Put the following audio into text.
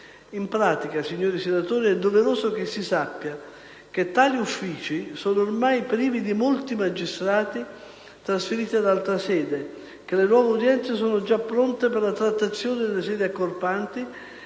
In pratica, signori senatori, è doveroso che si sappia che tali uffici sono ormai privi di molti magistrati trasferiti ad altra sede, che le nuove udienze sono già pronte per la trattazione nelle sedi accorpanti